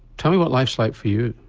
tell me what life's like for you?